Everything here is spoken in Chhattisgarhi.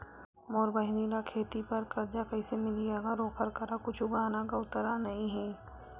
मोर बहिनी ला खेती बार कर्जा कइसे मिलहि, अगर ओकर करा कुछु गहना गउतरा नइ हे?